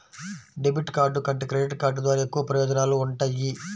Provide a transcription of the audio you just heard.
debit card కంటే credit card ద్వారా ఎక్కువ ప్రయోజనాలు వుంటయ్యి